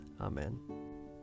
Amen